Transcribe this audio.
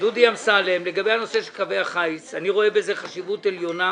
רואה בזה חשיבות עליונה